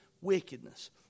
Wickedness